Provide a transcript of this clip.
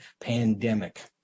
pandemic